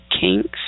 kinks